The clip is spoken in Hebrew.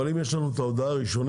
אבל אם יש לנו את ההודעה הראשונית,